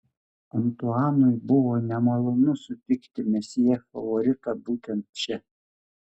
antuanui buvo nemalonu sutikti mesjė favoritą būtent čia